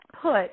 put